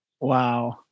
Wow